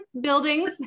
building